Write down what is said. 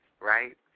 right